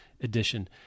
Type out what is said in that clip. edition